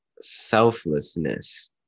selflessness